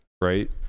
Right